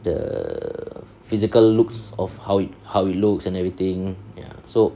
the physical looks of how it how it looks and everything ya so